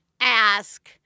ask